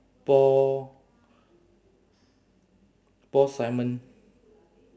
paul paul simon